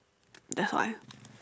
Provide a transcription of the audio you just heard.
that's why